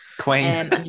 Queen